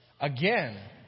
again